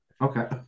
Okay